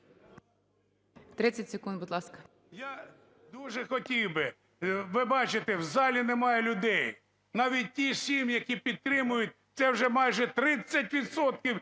30 секунд, будь ласка,